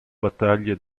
battaglia